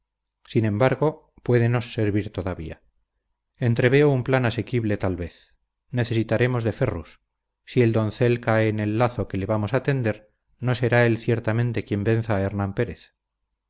sin embargo puédenos servir todavía entreveo un plan asequible tal vez necesitaremos de ferrus si el doncel cae en el lazo que le vamos a tender no será él ciertamente quien venza a hernán pérez